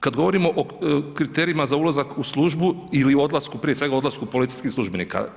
Kad govorimo o kriterijima za ulazak u službu ili odlasku, prije svega odlasku policijskih službenika.